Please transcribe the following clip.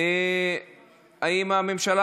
אינו נוכח,